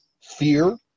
fear